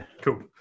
Cool